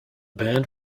band